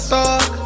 talk